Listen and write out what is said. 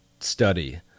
study